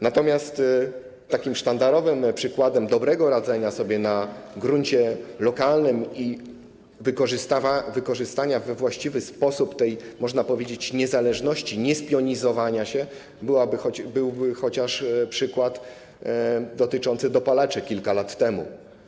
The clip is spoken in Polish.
Natomiast takim sztandarowym przykładem dobrego radzenia sobie na gruncie lokalnym i wykorzystania we właściwy sposób tej, można powiedzieć, niezależności, niespionizowania się, byłby chociażby przykład dotyczący dopalaczy kilka lat temu.